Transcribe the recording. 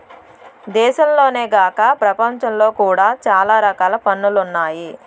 దేశంలోనే కాక ప్రపంచంలో కూడా చాలా రకాల పన్నులు ఉన్నాయి